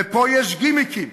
ופה יש גימיקים.